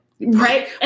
right